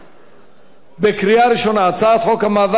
ההצעה להעביר את הצעת חוק המאבק בזיוף משקאות משכרים,